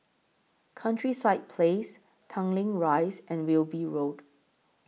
Countryside Place Tanglin Rise and Wilby Road